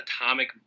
atomic